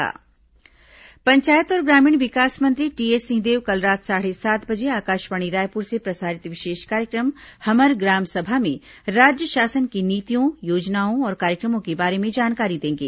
हमर ग्राम समा पंचायत और ग्रामीण विकास मंत्री टीएस सिंहदेव कल रात साढ़े सात बजे आकाशवाणी रायपुर से प्रसारित विशेष कार्यक्रम हमर ग्राम सभा में राज्य शासन की नीतियों योजनाओं और कार्यक्रमों के बारे में जानकारी देंगे